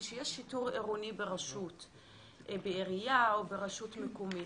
כשיש שיטור עירוני בעירייה או ברשות מקומית,